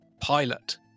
Pilot